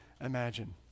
imagine